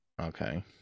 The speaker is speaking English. Okay